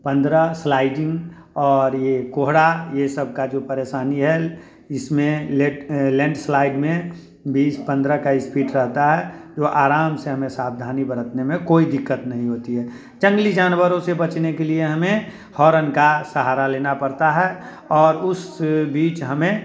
पंद्रह स्लाइडिंग और ये कोहरा ये सब की जो परेशानी है इस में लैंडस्लाइड में बीस पन्द्रह का स्पीड रहता है जो आराम से हमें सावधानी बरतने में कोई दिक्कत नहीं होती है जंगली जानवरों से बचने के लिए हमें होरन का सहारा लेना पड़ता है और उस बीच हमें